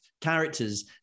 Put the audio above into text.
characters